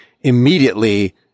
immediately